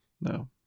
no